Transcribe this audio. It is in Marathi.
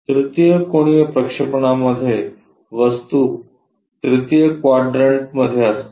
तृतीय कोनीय प्रक्षेपणामध्ये वस्तू तृतीय क्वाड्रन्ट मध्ये असते